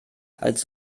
als